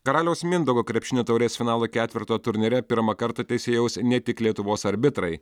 karaliaus mindaugo krepšinio taurės finalo ketverto turnyre pirmą kartą teisėjaus ne tik lietuvos arbitrai